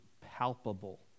palpable